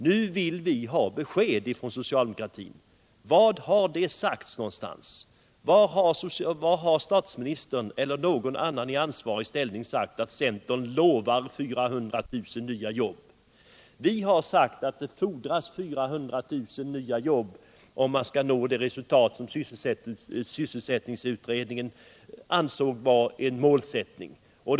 Nu vill vi ha besked från socialdemokratins sida: När har statsministern eller någon annan i ansvarig ställning sagt att centern lovar 400 000 nya jobb? Vi har sagt att det fordras 400 000 nya jobb, om man skall nå det resultat som sysselsättningsutredningen ansåg vara ett riktigt mål.